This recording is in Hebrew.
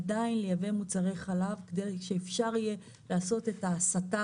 עדיין לייבא מוצרי חלב כדי שאפשר יהיה לעשות את ההסטה